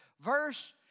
verse